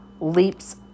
leaps